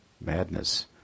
Madness